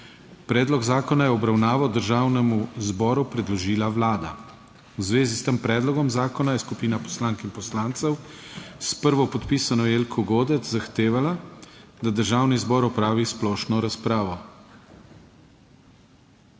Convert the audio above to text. Predlog zakona je v obravnavo Državnemu zboru predložila Vlada. V zvezi s tem predlogom je skupina poslank in poslancev s prvopodpisano Jelko Godec zahtevala, da Državni zbor opravi splošno razpravo.